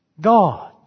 God